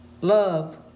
love